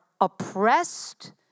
oppressed